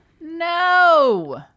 No